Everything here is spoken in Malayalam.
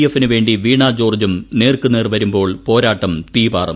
എഫിന് വേണ്ടി വീണാ ജോർജ്ജും നേർക്ക് നേർ വരുമ്പോൾ പോരാട്ടം തീപാറും